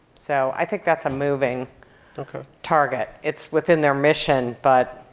so i think that's a moving target. it's within their mission, but